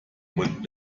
mund